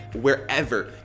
wherever